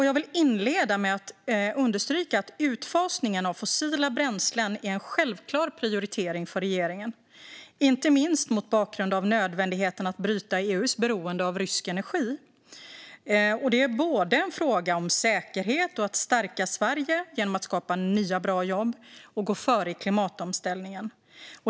Jag vill inleda med att understryka att utfasningen av fossila bränslen är en självklar prioritering för regeringen, inte minst mot bakgrund av nödvändigheten att bryta EU:s beroende av rysk energi. Det är både en fråga om säkerhet och om att stärka Sverige genom att skapa nya bra jobb och gå före i klimatomställningen.